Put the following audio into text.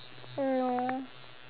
no